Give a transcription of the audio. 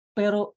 pero